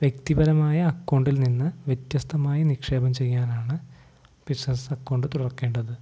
വ്യക്തിപരമായ അക്കൗണ്ടിൽ നിന്ന് വ്യത്യസ്തമായി നിക്ഷേപം ചെയ്യാനാണ് ബിസിനസ്സ് അക്കൗണ്ട് തുറക്കേണ്ടത്